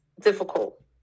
difficult